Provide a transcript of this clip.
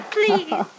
Please